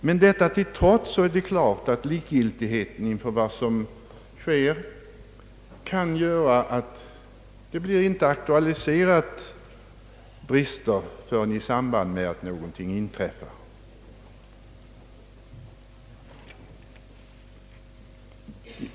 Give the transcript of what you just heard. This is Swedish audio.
Men detta till trots är det klart att likgiltighet inför vad som förekommer kan göra att brister inte påtalas förrän någonting inträffat.